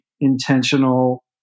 intentional